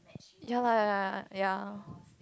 ya lah ya